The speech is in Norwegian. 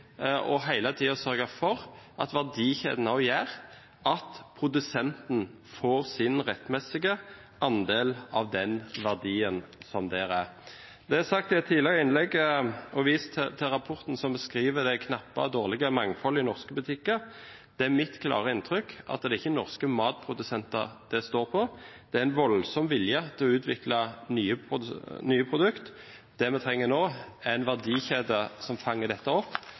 sørge for at verdikjeden også gjør at produsenten får sin rettmessige andel av den verdien som er der. I et tidligere innlegg er nevnt det knappe og dårlige mangfoldet i norske butikker, og det er vist til rapporten som skriver om dette. Det er mitt klare inntrykk at det ikke er norske matprodusenter det står på, det er en voldsom vilje til å utvikle nye produkter. Det vi trenger nå, er en verdikjede som fanger dette opp,